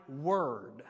word